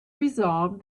resolved